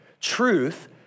Truth